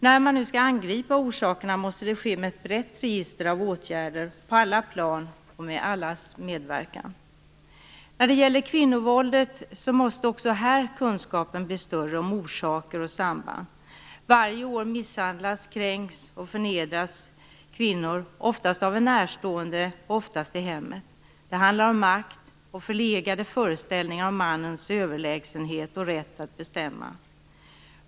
När man nu skall angripa orsakerna måste det ske med ett brett register av åtgärder på alla plan och med allas medverkan. Också när det gäller kvinnovåldet måste kunskapen om orsaker och samband bli bättre. Varje år misshandlas, kränks och förnedras kvinnor, oftast av en närstående och oftast i hemmet. Det handlar om makt och om förlegade föreställningar om mannens överlägsenhet och rätt att bestämma.